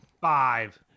Five